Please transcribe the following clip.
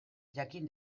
jakin